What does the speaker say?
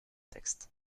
textes